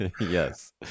yes